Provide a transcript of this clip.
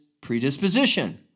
predisposition